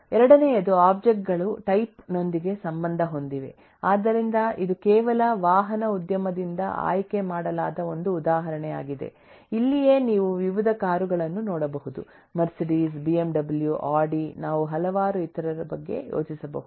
ಎರಡನೆಯದು ಒಬ್ಜೆಕ್ಟ್ ಗಳು ಟೈಪ್ ನೊಂದಿಗೆ ಸಂಬಂಧ ಹೊಂದಿವೆ ಆದ್ದರಿಂದ ಇದು ಕೇವಲ ವಾಹನ ಉದ್ಯಮದಿಂದ ಆಯ್ಕೆ ಮಾಡಲಾದ ಒಂದು ಉದಾಹರಣೆಯಾಗಿದೆ ಇಲ್ಲಿಯೇ ನೀವು ವಿವಿಧ ಕಾರುಗಳನ್ನು ನೋಡಬಹುದುಮರ್ಸಿಡಿಸ್ ಬಿಎಂಡಬ್ಲ್ಯು ಆಡಿ ನಾವು ಹಲವಾರು ಇತರರ ಬಗ್ಗೆ ಯೋಚಿಸಬಹುದು